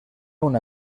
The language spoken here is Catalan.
una